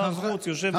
שר החוץ יושב במקומו.